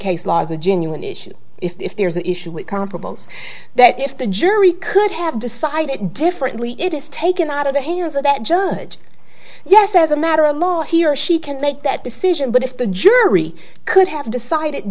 case law is a genuine issue if there is an issue with comparables that if the jury could have decided differently it is taken out of the hands of that judge yes as a matter a lot he or she can make that decision but if the jury could have decided